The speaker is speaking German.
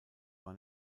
war